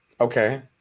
Okay